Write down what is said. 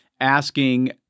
asking